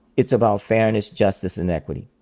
it's about fairness, justice and equity.